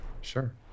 Sure